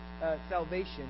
salvation